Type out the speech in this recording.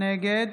נגד